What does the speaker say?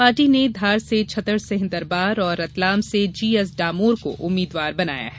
party ने धार से छतर सिंह दरबार और रतलाम से जी एस डामोर को उम्मीद्वार बनाया है